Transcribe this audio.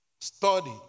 Study